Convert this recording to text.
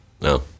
No